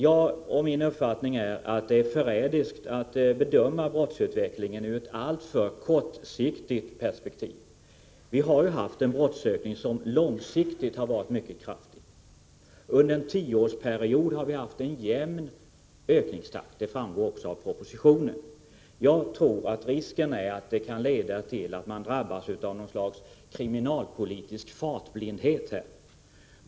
Jag har den uppfattningen att det är förrädiskt att bedöma brottsutvecklingen ur ett alltför kortsiktigt perspektiv. Vi har ju haft en brottsökning, som långsiktigt har varit mycket kraftig. Under en tioårsperiod har vi haft en jämn ökningstakt, vilket också framgår av propositionen. Jag tror att det finns risk för att man kan drabbas av något slags kriminalpolitisk fartblindhet.